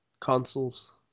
consoles